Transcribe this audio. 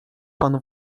pan